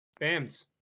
Bams